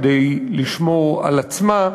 כדי לשמור על עצמה,